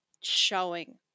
showing